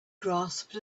grasped